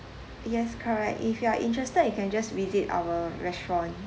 yes correct if you are interested you can just visit our restaurant